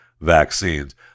vaccines